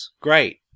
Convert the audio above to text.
Great